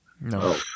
No